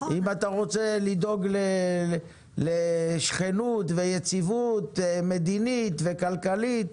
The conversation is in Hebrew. אם אתה רוצה לדאוג לשכנות וליציבות מדינית וכלכלית,